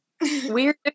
weird